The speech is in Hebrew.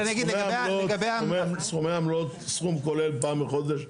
את סכומי העמלות, סכומי העמלות,